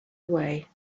away